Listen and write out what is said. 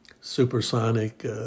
supersonic